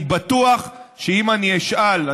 אני בטוח שאם אשאל,